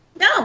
No